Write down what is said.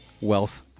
Wealth